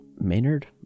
Maynard